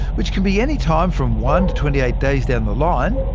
which can be any time from one to twenty-eight days down the line.